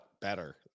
better